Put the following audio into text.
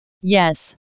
Yes